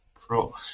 pro